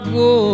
go